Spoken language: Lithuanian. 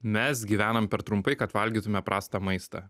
mes gyvenam per trumpai kad valgytume prastą maistą